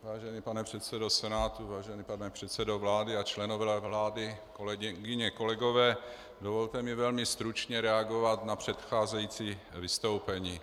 Vážený pane předsedo Senátu, vážený pane předsedo vlády a členové vlády, kolegyně, kolegové, dovolte mi velmi stručně reagovat na předcházející vystoupení.